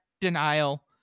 denial